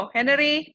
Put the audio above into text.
Henry